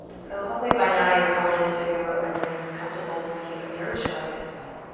so hopefully by now you've come into a nice, comfortable seat of your choice.